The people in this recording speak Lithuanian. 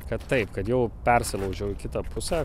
kad taip kad jau persilaužiau į kitą pusę